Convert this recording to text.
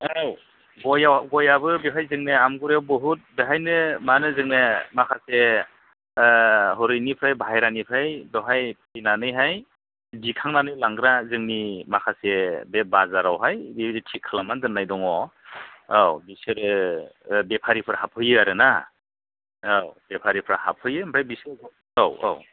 औ गयाबो बेवहाय जोंनिया आमगुरियाव बहुद बेवहायनो माने जोंनिया माखासे हरैनिफ्राय बाह्रेरानिफ्राय बेवहाय फैनानैहाय दिखांनानै लांग्रा जोंनि माखासे बे बाजारावहाय बे ओरै थिग खालामनानै दोननाय दङ औ बिसोरो बेफारिफोर हाबफैयो आरोना औ बेफारिफ्रा हाबफैयो ओमफ्राय बिसोरो औ औ